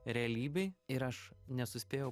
realybei ir aš nesuspėjau